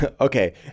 Okay